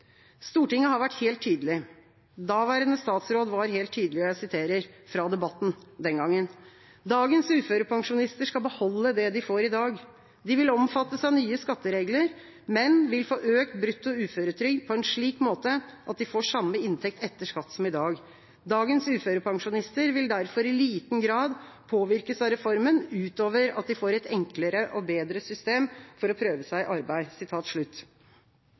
Stortinget har vært helt tydelig. Daværende statsråd var helt tydelig, og jeg siterer fra debatten den gangen: «Dagens uførepensjonister skal beholde det de får i dag. De vil omfattes av nye skatteregler, men vil få økt brutto uføretrygd på en slik måte at de får samme inntekt etter skatt som i dag. Dagens uførepensjonister vil derfor i liten grad påvirkes av reformen, utover at de får et enklere og bedre system for å prøve seg i arbeid.»